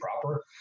proper